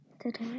today